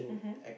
mmhmm